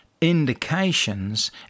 indications